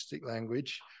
language